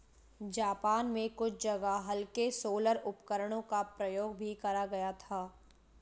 Japan में कुछ जगह हल्के सोलर उपकरणों का प्रयोग भी करा गया था